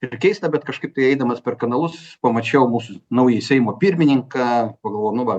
ir keista bet kažkaip tai eidamas per kanalus pamačiau mūsų naująjį seimo pirmininką pagalvojau nu va